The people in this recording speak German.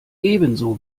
ebenso